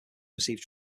received